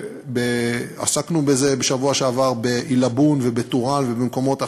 עסקנו בזה בשבוע שעבר בעילבון ובטורעאן ובמקומות אחרים.